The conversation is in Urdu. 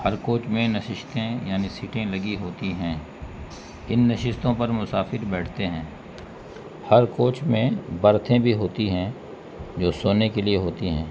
ہر کوچ میں نشستیں یعنی سیٹیں لگی ہوتی ہیں ان نشستوں پر مسافر بیٹھتے ہیں ہر کوچ میں برتھیں بھی ہوتی ہیں جو سونے کے لیے ہوتی ہیں